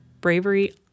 bravery